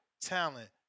talent